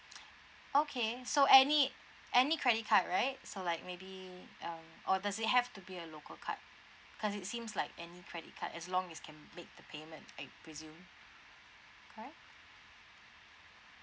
okay so any any credit card right so like maybe um or does it have to be a local card cause it seems like any credit card as long as can make the payment I presume correct